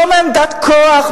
לא מעמדת כוח,